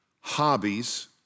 hobbies